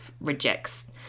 rejects